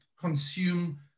consume